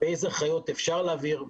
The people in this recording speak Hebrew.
ואיזו אחריות אפשר להעביר.